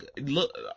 Look